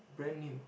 brand new